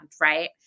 right